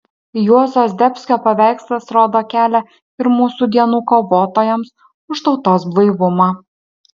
juozo zdebskio paveikslas rodo kelią ir mūsų dienų kovotojams už tautos blaivumą